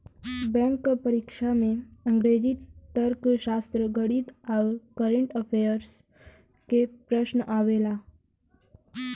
bank क परीक्षा में अंग्रेजी, तर्कशास्त्र, गणित आउर कंरट अफेयर्स के प्रश्न आवला